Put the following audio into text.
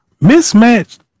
mismatched